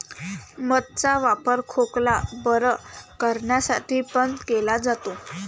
मध चा वापर खोकला बरं करण्यासाठी पण केला जातो